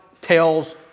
tells